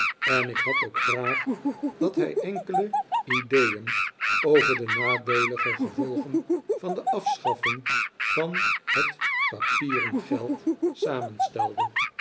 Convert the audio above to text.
en ik had ook graag dat hij enkele ideeen over de nadeelige gevolgen van de afschaffing van het papieren geld